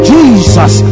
Jesus